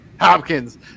hopkins